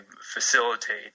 facilitate